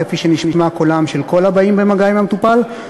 כפי שנשמע קולם של כל הבאים במגע עם המטופל,